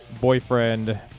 boyfriend